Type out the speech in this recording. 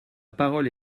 parole